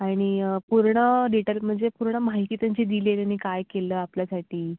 आणि पूर्ण डिटेल म्हणजे पूर्ण माहिती त्यांची दिली आहे त्यांनी काय केलं आपल्यासाठी